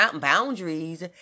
boundaries